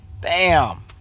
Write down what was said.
Bam